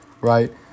right